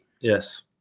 Yes